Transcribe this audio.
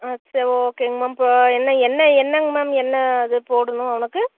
ஆ சேரி ஓகேங்க மேம் இப்போ என்ன என்ன என்னாங்க மேம் என்ன அது போடணும் அவனுக்கு